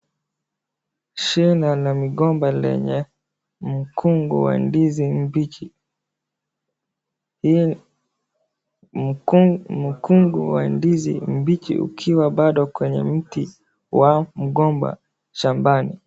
Shine na mgomba lenye mkungu wa ndizi mbichi. Hii mku, mkungu wa ndizi mbichi ukiwa bado kwenye mti wa mgomba shambani.